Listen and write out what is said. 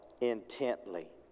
intently